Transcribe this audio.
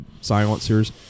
silencers